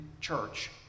church